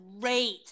great